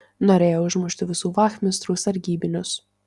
norėjo užmušt visų vachmistrų sargybinius